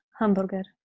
hamburger